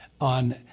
on